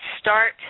start